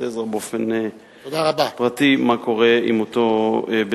עזרא באופן פרטי מה קורה עם אותו בית-ספר.